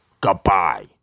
Goodbye